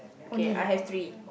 okay I have three